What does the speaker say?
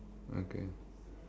okay